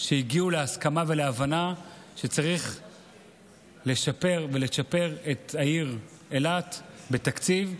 שהגיעו להסכמה ולהבנה שצריך לשפר ולצ'פר את העיר אילת בתקציב,